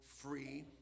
free